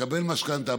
לקבל משכנתה.